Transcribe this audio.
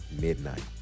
midnight